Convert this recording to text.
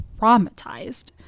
traumatized